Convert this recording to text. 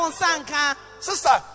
sister